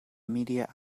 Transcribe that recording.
media